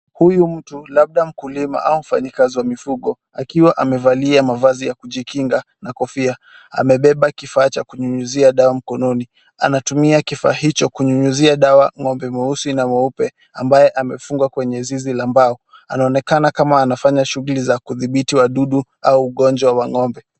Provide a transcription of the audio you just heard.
Huyu mtu labda mukulima au mfanyikazi wa mifugo akiwa amevalia mavazi ya kujikinga na kofia. Amebeba kifaa cha kunyunyizia dawa mkononi. Anatumia kifaa hicho kunyunyizia dawa ng'ombe mweusi na mweupe ambaye amefungwa kwenye zizi la mbao. Anaonekana kama anafanya shughuli za kuthibiti wadudu au ugonjwa wa ng'ombe.